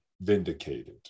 vindicated